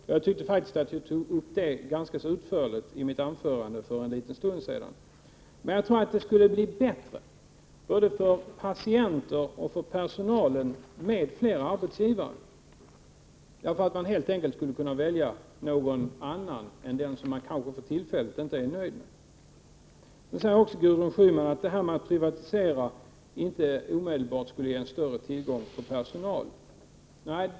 Och jag tyckte faktiskt att jag tog upp detta ganska utförligt i mitt anförande för en liten stund sedan. Men jag tror att det skulle bli bättre, både för patienter och för personal, med flera arbetsgivare, därför att man helt enkelt skulle kunna välja någon annan än den som man kanske för tillfället inte är nöjd med. Så säger också Gudrun Schyman att privatisering inte omedelbart skulle ge större tillgång på personal.